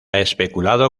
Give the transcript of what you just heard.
especulado